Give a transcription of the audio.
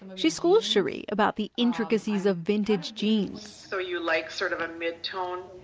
she schools sheree about the intricacies of vintage jeans so you like sort of a midtone?